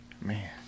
Man